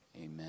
Amen